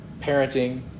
parenting